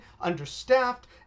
understaffed